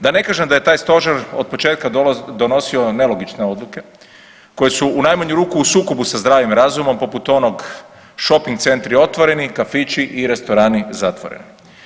Da ne kažem da je taj stožer otpočetka donosio nelogične odluke koje su u najmanju ruku u sukobu sa zdravim razumom poput onog šoping centri otvoreni, kafići i restorani zatvoreni.